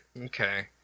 Okay